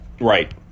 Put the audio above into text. right